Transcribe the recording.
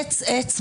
עץ-עץ,